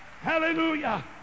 Hallelujah